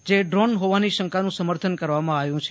જે ડ્રીન હો વાની શંકાનું સમર્થ ન કરવામાં આવ્યું છે